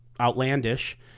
outlandish